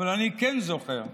אבל אני כן זוכר,